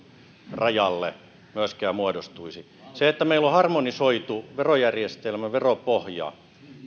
rajalle myöskään muodostuisi se että meillä on harmonisoitu verojärjestelmä veropohja